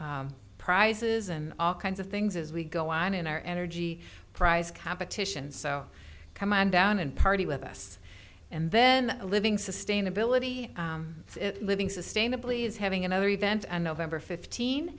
have prizes and all kinds of things as we go on in our energy prize competition so come on down and party with us and then living sustainability living sustainably is having another event and november fifteen